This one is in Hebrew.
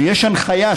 שיש הנחיה,